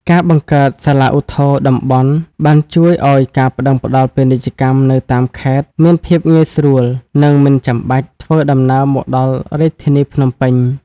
ការបង្កើតសាលាឧទ្ធរណ៍តំបន់ បានជួយឱ្យការប្ដឹងផ្ដល់ពាណិជ្ជកម្មនៅតាមខេត្តមានភាពងាយស្រួល និងមិនចាំបាច់ធ្វើដំណើរមកដល់រាជធានីភ្នំពេញ។